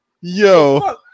Yo